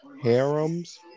harems